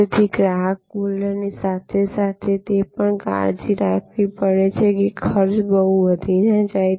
તેથી ગ્રાહક મૂલ્ય ની સાથે તે પણ કાળજી રાખવી પડે છે કે ખર્ચ બહુ વધી ના જાય